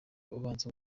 ubanza